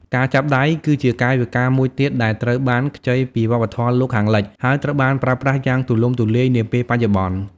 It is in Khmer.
ការចាប់ដៃ គឺជាកាយវិការមួយទៀតដែលត្រូវបានខ្ចីពីវប្បធម៌លោកខាងលិច ហើយត្រូវបានប្រើប្រាស់យ៉ាងទូលំទូលាយនាពេលបច្ចុប្បន្ន។